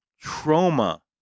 trauma